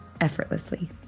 effortlessly